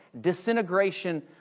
Disintegration